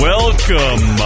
Welcome